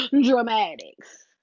dramatics